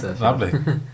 Lovely